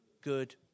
good